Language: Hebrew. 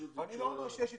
אני לא אומר שיש התעקשות,